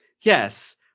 yes